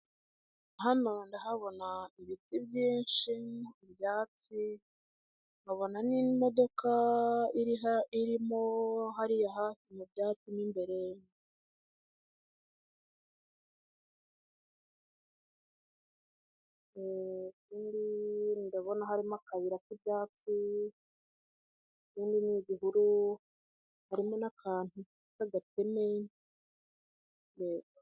Hano ndahabona ibiti byinshi n'ibyatsi, nkabona imodoka irimo hariya hafi mu byatsi mu imbere, ndabona harimo akayira k'ibyatsi, ibindi ni ibihuru, harimo n'akantu k'agateme.